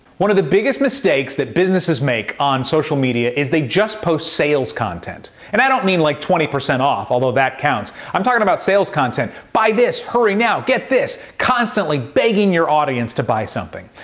one of the biggest mistakes that businesses make on social media is they just post sales sales content. and i don't mean like twenty percent off, although that counts. i'm talking about sales content buy this! hurry now! get this! constantly begging your audience to buy something.